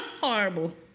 Horrible